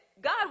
God